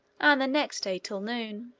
and the next day till noon.